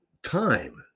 Time